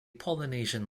polynesian